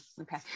Okay